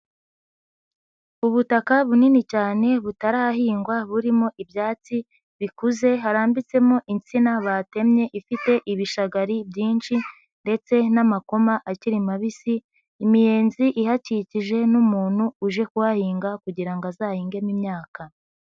Ubutaka bunini cyane butarahingwa burimo ibyatsi bikuze, harambitsemo insina batemye ifite ibishagari byinshi ndetse n'amakoma akiri mabisi, imiyenzi ihakikije n'umuntu uje kuhahinga kugira ngo azahingemo imyaka.